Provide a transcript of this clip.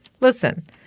Listen